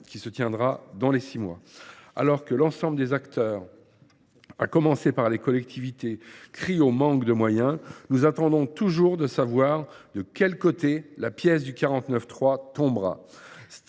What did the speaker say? qui se tiendra dans les six mois ! Alors que l’ensemble des acteurs, à commencer par les collectivités, crient au manque de moyens, nous attendons toujours de savoir de quel côté tombera la pièce du 49.3, stress